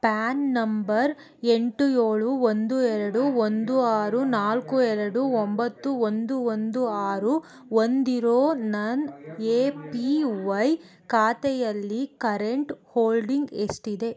PAN number ಎಂಟು ಏಳು ಒಂದು ಎರಡು ಒಂದು ಆರು ನಾಲ್ಕು ಎರಡು ಒಂಬತ್ತು ಒಂದು ಒಂದು ಆರು ಹೊಂದಿರೋ ನನ್ನ ಎ ಪಿ ವೈ ಖಾತೆಯಲ್ಲಿ ಕರೆಂಟ್ ಹೋಲ್ಡಿಂಗ್ ಎಷ್ಟಿದೆ